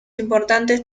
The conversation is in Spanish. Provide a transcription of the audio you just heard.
importantes